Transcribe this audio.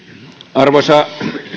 arvoisa